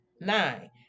nine